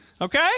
Okay